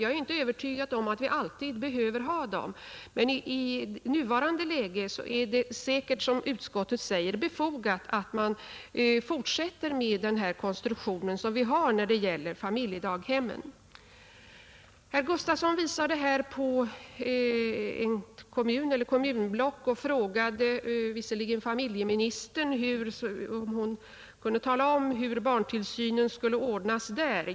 Jag är inte övertygad om att vi alltid behöver ha dem, men i nuvarande läge är det säkert, som utskottet säger, befogat att man fortsätter med den konstruktion som vi har när det gäller familjedaghemmen, Herr Gustavsson i Alvesta visade här på ett kommunblock och frågade familjeministern om hon kunde tala om hur barntillsynen skulle ordnas där.